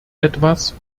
etwas